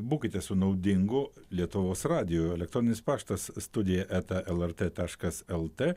būkite su naudingu lietuvos radiju elektroninis paštas studija eta lrt taškas lt